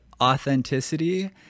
authenticity